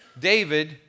David